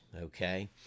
okay